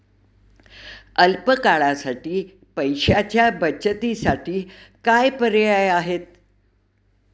अल्प काळासाठी पैशाच्या बचतीसाठी काय पर्याय आहेत?